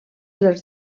dels